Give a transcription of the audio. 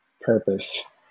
purpose